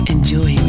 Enjoy